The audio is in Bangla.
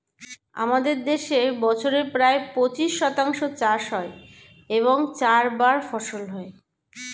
আমাদের দেশে বছরে প্রায় পঁচিশ শতাংশ চাষ হয় এবং চারবার ফসল হয়